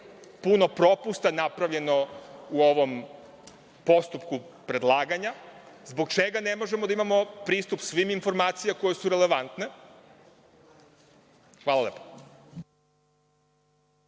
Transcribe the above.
puno propisa napravljeno u ovom postupku predlaganja? Zbog čega ne možemo da imamo pristup svim informacijama koje su relevantne. Hvala lepo.